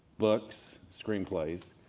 books, screenplays,